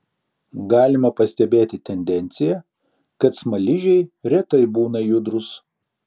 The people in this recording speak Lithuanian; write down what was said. galima pastebėti tendenciją kad smaližiai retai būna judrūs